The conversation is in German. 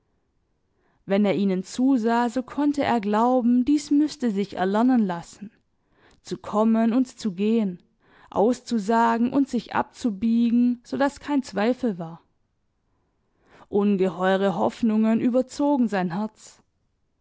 wenn er ihnen zusah so konnte er glauben dies müßte sich erlernen lassen zu kommen und zu gehen auszusagen und sich abzubiegen so daß kein zweifel war ungeheuere hoffnungen überzogen sein herz